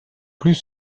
plus